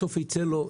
בסוף יצא לו...